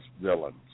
villains